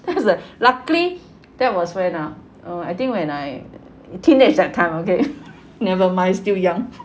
I was like luckily that was when ah uh I think when I teenage that time okay never mind still young